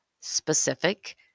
specific